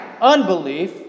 unbelief